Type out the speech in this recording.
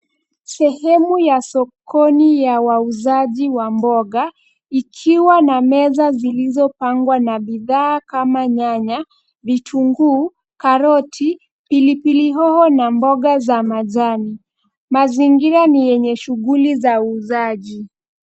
Sehemu ya sokoni ya wauzaji wa mboga, ikiwa na meza zilizopangwa na bidhaa kama nyanya, vitunguu, karoti, pilipili hoho na mboga za majani. Mazingira ni yenye shuguli za uuzaji.